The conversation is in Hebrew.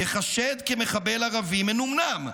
ייחשד כמחבל ערבי מנומנם,